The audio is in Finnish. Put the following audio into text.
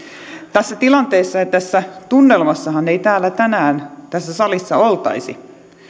tässä tilanteessa ja tässä tunnelmassahan ei täällä tänään tässä salissa oltaisi